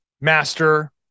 master